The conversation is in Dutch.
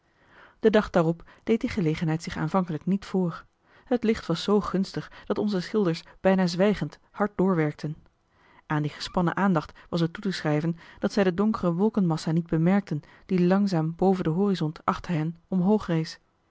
den dag daarop deed die gelegenheid zich aanvankelijk niet voor het licht was zoo gunstig dat onze schilders bijna zwijgend hard doorwerkten aan die gespannen aandacht was het toeteschrijven dat zij de donkere wolkenmassa niet bemerkten die langzaam boven den horizont achter hen omhoog rees